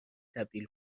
تبدیل